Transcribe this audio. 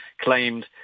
claimed